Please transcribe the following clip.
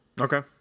Okay